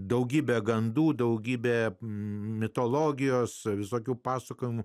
daugybę gandų daugybę mitologijos visokių pasakojimų